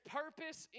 purpose